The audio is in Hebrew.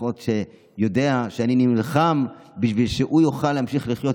לפחות הוא יודע שאני נלחם בשביל שהוא יוכל להמשיך לחיות